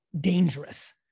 dangerous